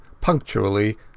punctually